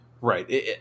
Right